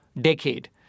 decade